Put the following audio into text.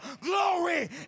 glory